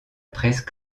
presse